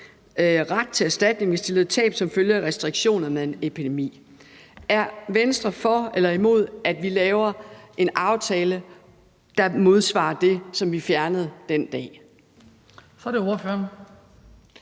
ret til erstatning, hvis de led tab som følge af restriktionerne under en epidemi. Er Venstre for eller imod, at vi laver en aftale, der modsvarer det, som vi fjernede den dag?